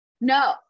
no